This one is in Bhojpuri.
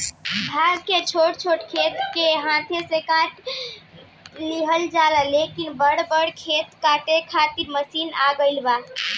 भांग के छोट छोट खेत के हाथे से काट लिहल जाला, लेकिन बड़ बड़ खेत काटे खातिर मशीन आ गईल बा